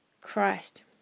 Christ